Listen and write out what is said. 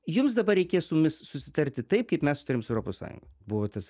jums dabar reikės su mumis susitarti taip kaip mes susitarėm su europos sąjunga buvo tas